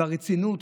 ברצינות,